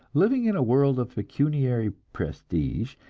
living in a world of pecuniary prestige,